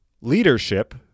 Leadership